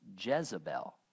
Jezebel